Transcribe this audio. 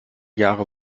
jahre